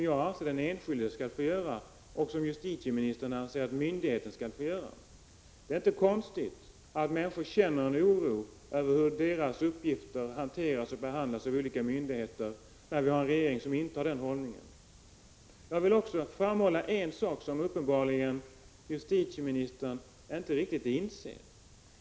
Den enskilde bör alltså själv få göra en avvägning, men justitieministern anser att i stället myndigheter skall göra den. Det är inte konstigt att människor känner en oro för hur uppgifter om dem hanteras och behandlas av olika myndigheter, när vi har en regering som intar denna hållning. Jag vill också framhålla en omständighet som justitieministern inte tycks förstå.